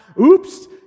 oops